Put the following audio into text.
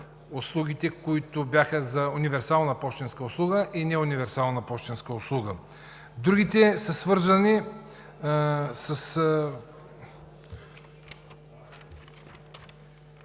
услугите, които бяха за универсалната пощенска услуга и за неуниверсалната пощенска услуга. Другите са свързани с